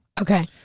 okay